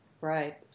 Right